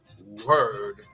word